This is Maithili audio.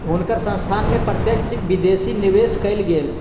हुनकर संस्थान में प्रत्यक्ष विदेशी निवेश कएल गेल